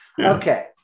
okay